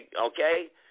okay